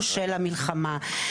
הם הוי מרוצים